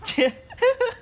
!chey!